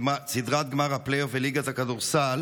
סדרת גמר הפלייאוף וליגת הכדורסל